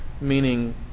Meaning